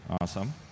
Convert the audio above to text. Awesome